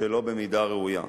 שלא במידה ראויה.